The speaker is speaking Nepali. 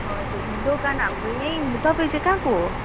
हजुर दोकान हाम्रो यहीँ तपाईँ चाहिँ कहाँको हो